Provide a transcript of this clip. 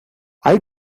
hay